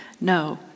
No